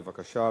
בבקשה,